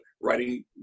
writing